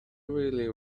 really